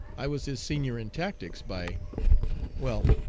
i was his senior in tactics by well,